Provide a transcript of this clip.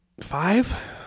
five